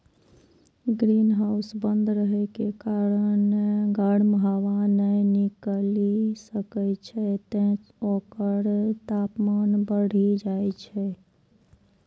greenhouse बंद रहै के कारण गर्म हवा नै निकलि सकै छै, तें ओकर तापमान बढ़ि जाइ छै